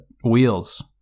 Wheels